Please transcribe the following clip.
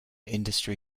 industry